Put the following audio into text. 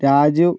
Raju